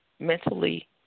Mentally